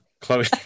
Chloe